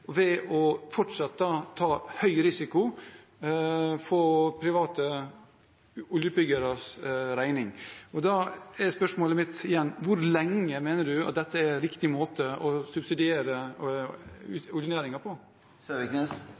ved fortsatt å ta høy risiko på private oljeutbyggeres regning. Da er spørsmålet mitt igjen: Hvor lenge mener statsråden at dette er riktig måte å subsidiere